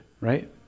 right